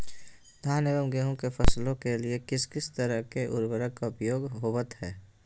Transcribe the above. धान एवं गेहूं के फसलों के लिए किस किस तरह के उर्वरक का उपयोग होवत है?